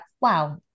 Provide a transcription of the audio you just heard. wow